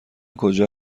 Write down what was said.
کجا